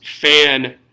fan